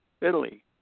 Italy